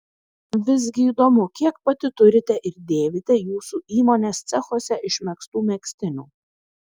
visgi įdomu kiek pati turite ir dėvite jūsų įmonės cechuose išmegztų megztinių